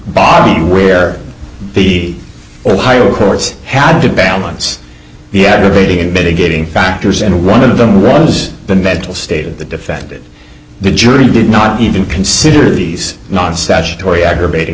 body where the ohio courts had to balance the aggravating and mitigating factors and one of them was the mental state that defended the jury did not even consider these non statutory aggravating